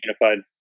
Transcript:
Unified